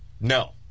No